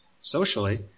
socially